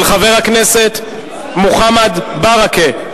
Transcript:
של חבר הכנסת מוחמד ברכה,